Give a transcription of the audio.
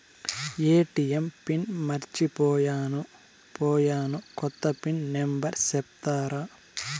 ATM pin మర్చిపోయాను పోయాను, కొత్త పిన్ నెంబర్ సెప్తారా?